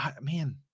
man